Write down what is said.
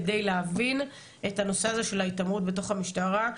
כדי להבין את הנושא הזה של ההתעמרות בתוך המשטרה.